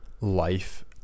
Life